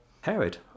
Herod